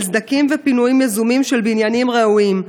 סדקים ופינויים יזומים של בניינים רעועים.